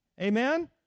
Amen